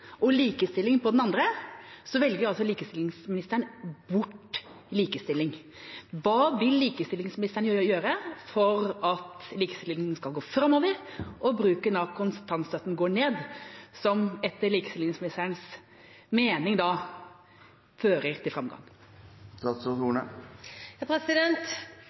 og likestilling på den andre, velger altså likestillingsministeren bort likestilling. Hva vil likestillingsministeren gjøre for at likestillingen skal gå framover, og bruken av kontantstøtten gå ned, som etter likestillingsministerens mening fører til